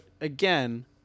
again